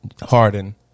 Harden